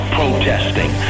protesting